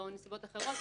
או נסיבות אחרות,